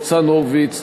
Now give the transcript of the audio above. ניצן הורוביץ,